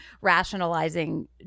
rationalizing